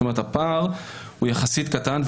כלומר, הפער יחסית קטן.